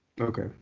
Okay